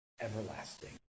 everlasting